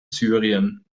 syrien